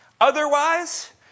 Otherwise